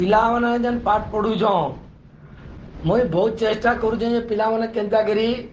ପିଲାମାନେ ଯେନ୍ ପାଠ ପଢ଼ୁଛନ୍ ମୁଇଁ ବହୁତ ଚେଷ୍ଟା କରୁଛେ ଯେ ପିଲାମାନେ କେନ୍ତା କିରି